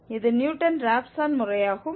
இது Newton Raphson முறையாகும்